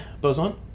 boson